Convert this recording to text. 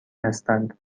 هستند